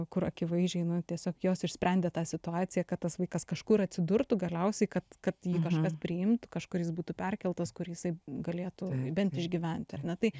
kur akivaizdžiai nu tiesiog jos išsprendė tą situaciją kad tas vaikas kažkur atsidurtų galiausiai kad kad jį kažkas priimtų kažkur jis būtų perkeltas kur jisai galėtų bent išgyventi ar ne tai